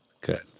Good